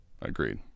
Agreed